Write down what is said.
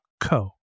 co